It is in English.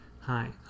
Hi